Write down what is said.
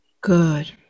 good